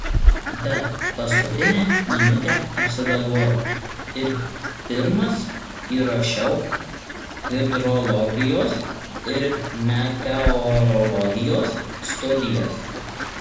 bet paskutinę minutę apsigalvojau ir pirmas įrašiau hidrologijos ir meteorologijos studijas